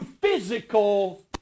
physical